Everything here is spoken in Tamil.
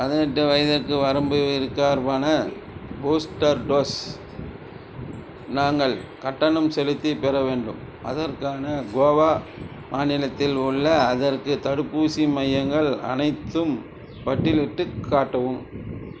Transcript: பதினெட்டு வயது வரம்பிற்கு பூஸ்டர் டோஸ் நாங்கள் கட்டணம் செலுத்திப் பெற வேண்டும் அதற்கான கோவா மாநிலத்தில் உள்ள அதற்கு தடுப்பூசி மையங்கள் அனைத்தையும் பட்டியலிட்டுக் காட்டவும்